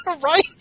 Right